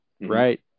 right